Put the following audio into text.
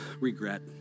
regret